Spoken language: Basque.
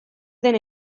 dena